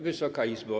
Wysoka Izbo!